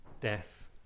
death